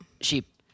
sheep